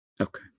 Okay